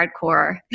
hardcore